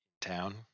town